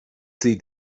see